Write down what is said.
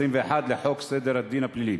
21 לחוק סדר הדין הפלילי.